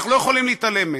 אנחנו לא יכולים להתעלם מהם.